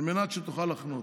על מנת שתוכל לחנות.